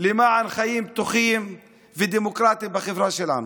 למען חיים בטוחים ודמוקרטיים בחברה שלנו.